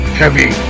heavy